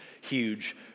huge